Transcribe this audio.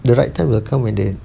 the right time will come when they